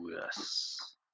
yes